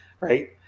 Right